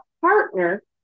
partner